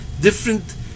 different